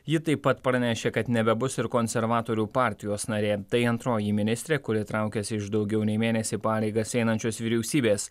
ji taip pat pranešė kad nebebus ir konservatorių partijos narė tai antroji ministrė kuri traukiasi iš daugiau nei mėnesį pareigas einančios vyriausybės